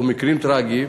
או מקרים טרגיים,